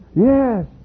Yes